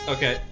Okay